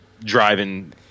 driving